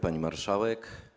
Pani Marszałek!